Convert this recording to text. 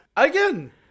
Again